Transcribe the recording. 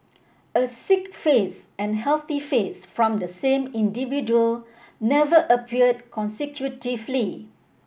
a sick face and healthy face from the same individual never appeared consecutively